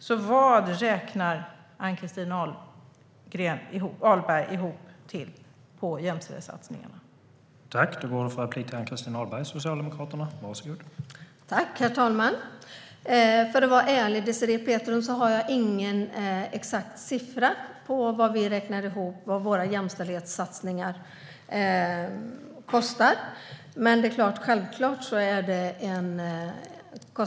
Hur mycket får Ann-Christin Ahlberg jämställdhetssatsningarna ihop det till?